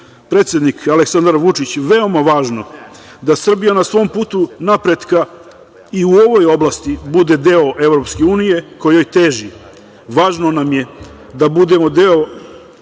predsednik Aleksandar Vučić, veoma važno da Srbija na svom putu napretka i u ovoj oblasti bude deo EU, kojoj teži. Važno nam je da budemo deo